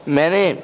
میں نے